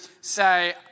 say